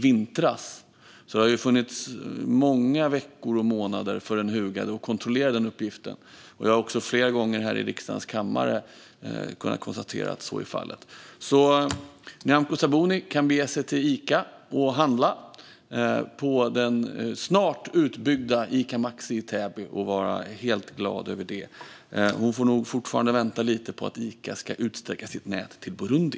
Det har alltså funnits många veckor och månader för den hugade att kontrollera denna uppgift. Jag har också flera gånger i riksdagens kammare konstaterat hur det låg till. Nyamko Sabuni kan alltså snart glatt bege sig till det snart utbyggda Ica Maxi i Täby och handla. Men hon får nog vänta ännu lite på att Ica ska utsträcka sitt nät till Burundi.